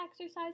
exercise